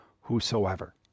whosoever